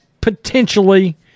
potentially